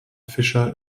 fischer